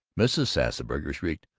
mrs. sassburger shrieked,